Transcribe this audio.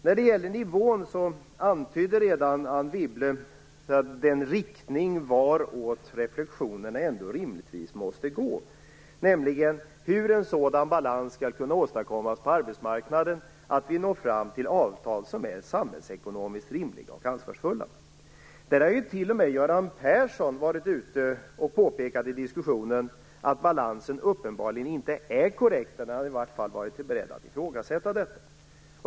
När det gäller nivån antydde redan Anne Wibble den riktning varåt reflexionen ändå rimligtvis måste gå, nämligen hur en sådan balans skall kunna åstadkommas på arbetsmarknaden att vi når fram till avtal som är samhällsekonomiskt rimliga och ansvarsfulla. T.o.m. Göran Persson har varit ute och påpekat i diskussionen att balansen uppenbarligen inte är korrekt. Han har i alla fall varit beredd att ifrågasätta detta.